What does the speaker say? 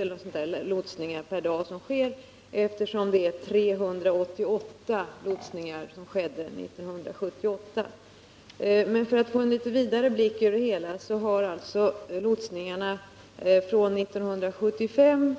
antalet lotsningar per dag är 1,06, eftersom det förekom 388 lotsningar under 1978. Vidare har antalet lotsningar vid Furusunds lotsplats gått ned sedan 1975.